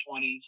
20s